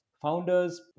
Founders